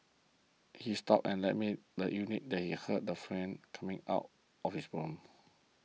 he stopped and left me the unit that he heard the friend coming out of his room